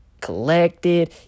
collected